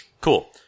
Cool